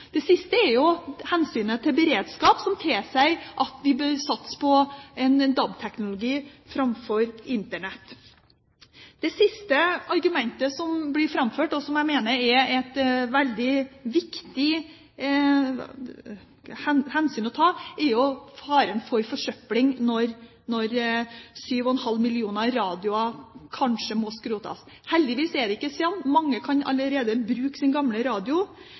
Det siste er hensynet til beredskap, som tilsier at vi bør satse på en DAB-teknologi framfor Internett. Det siste argumentet som blir framført, og som jeg mener er et veldig viktig hensyn å ta, er faren for forsøpling når 7,5 millioner radioer kanskje må skrotes. Heldigvis er det ikke sånn. Mange kan allerede bruke sin gamle radio.